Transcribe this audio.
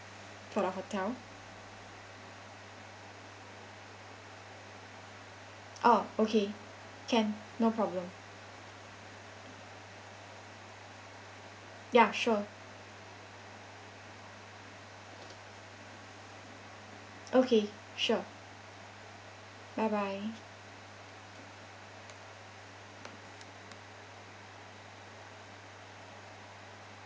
for the hotel oh okay can no problem ya sure okay sure bye bye